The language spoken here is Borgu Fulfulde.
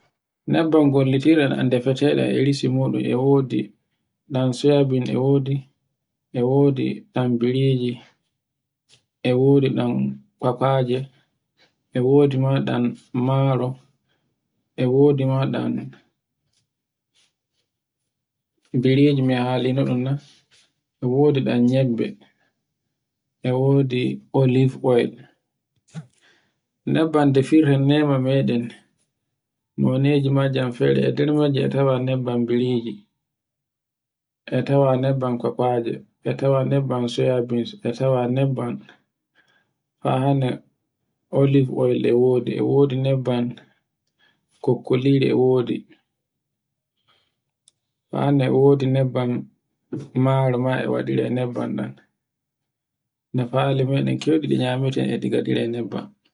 Nebban golliteɗe e tan defete ɗan e risimuɗum e wodi ɗan soyaben, e wodi ɗan biriji, e wodi ɗan kwakwaje, e wodi ma ɗan maro, e wodi ma ɗan biriji me halino ɗun na, e wodi ɗan nyebbe, e wodi olif oyal. Nebban defirta nema meɗen. No neji men jam fere e nder majji a tawan nebban biriji, e tawa nebban koɓɓaje, e tawa nebban soyabins, e tawa nebban fa hande olif oyal e wodi, e wodi nebban kokkoliri e wodi. fa hande e wodi nebban maro ma e waɗire nebban ɗa. nafali meɗen keyɗi ɗi nyamite e ɗi gaɗire e nebban.